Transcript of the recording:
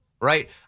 right